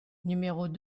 numéros